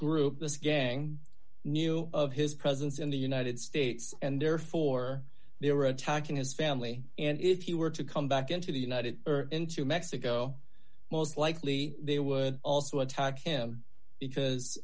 group this gang knew of his presence in the united states and therefore they were attacking his family and if you were to come back into the united into mexico most likely they would also attack him because